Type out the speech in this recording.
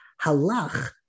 Halach